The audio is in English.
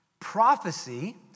Prophecy